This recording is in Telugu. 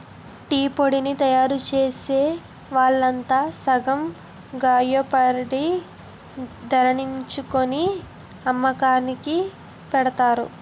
టీపొడిని తయారుచేసే వాళ్లంతా సంగం గాయేర్పడి ధరణిర్ణించుకొని అమ్మకాలుకి పెడతారు